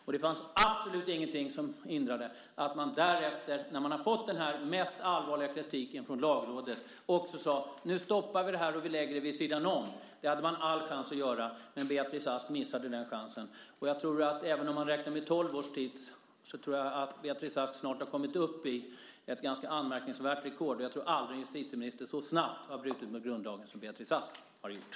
Och det fanns absolut inget som hindrade att man därefter, när man hade fått denna mest allvarliga kritik från Lagrådet, också hade sagt: Nu stoppar vi det här och lägger det vid sidan om. Det hade man alla chanser att göra. Men Beatrice Ask missade den chansen. Även om man räknar under tolv års tid, så tror jag att Beatrice Ask snart har kommit upp i ett ganska anmärkningsvärt rekord. Och jag tror aldrig att en justitieminister så snabbt har brutit mot grundlagen som Beatrice Ask har gjort.